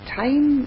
time